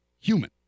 human